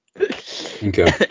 Okay